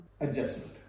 Adjustment